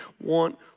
want